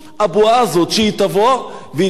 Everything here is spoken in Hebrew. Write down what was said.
וכשהיא תבוא אולי יהיו בה כמה שלבים,